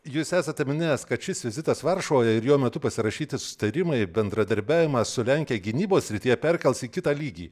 jūs esate minėjęs kad šis vizitas varšuvoje ir jo metu pasirašyti susitarimai bendradarbiavimą su lenkija gynybos srityje perkels į kitą lygį